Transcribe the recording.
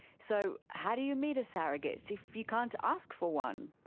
so how do you meet a surrogate if you can't ask for one?